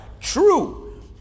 true